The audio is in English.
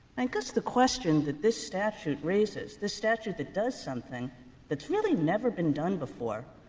and guess the question that this statute raises, this statute that does something that's really never been done before,